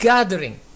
Gathering